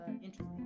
interesting